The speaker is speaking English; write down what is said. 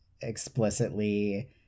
explicitly